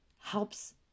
helps